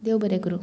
देव बरें करूं